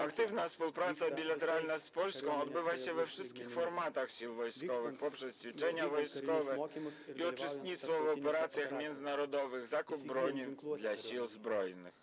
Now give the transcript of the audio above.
Aktywna współpraca bilateralna z Polską odbywa się we wszystkich formatach sił wojskowych poprzez ćwiczenia wojskowe, uczestnictwo w operacjach międzynarodowych i zakup broni dla sił zbrojnych.